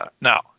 Now